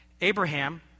Abraham